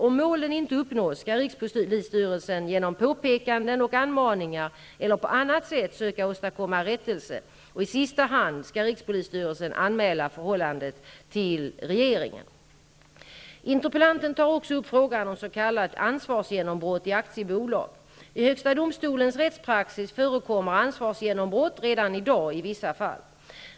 Om målen inte uppnås skall rikspolisstyrelsen genom påpekanden och anmaningar eller på annat sätt söka åstadkomma rättelse, och i sista hand skall rikspolisstyrelsen anmäla förhållandet till regeringen. ansvarsgenombrott i aktiebolag. I högsta domstolens rättspraxis förekommer ansvarsgenombrott redan i dag i vissa fall.